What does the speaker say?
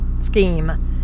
scheme